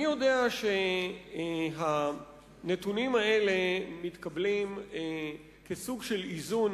אני יודע שהנתונים האלה מתקבלים כסוג של איזון